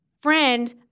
friend